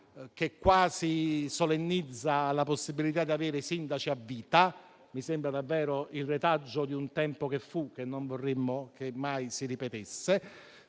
che quasi solennizza la possibilità di avere sindaci a vita. Mi sembra davvero il retaggio di un tempo che fu, che non vorremmo che mai si ripetesse.